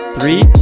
Three